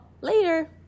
later